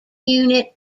unit